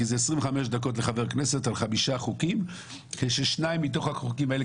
כי זה 25 דקות לחבר כנסת על חמישה חוקים כששניים מהחוקים האלה,